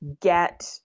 get